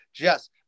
Yes